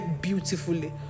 beautifully